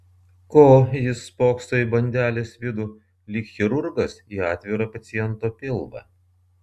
ko jis spokso į bandelės vidų lyg chirurgas į atvirą paciento pilvą